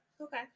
Okay